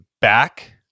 back